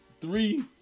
three